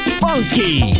funky